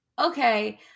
okay